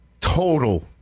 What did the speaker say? total